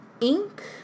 ink